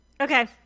Okay